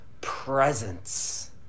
presence